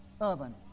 oven